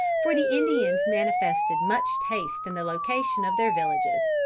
for the indians manifested much taste in the location of their villages.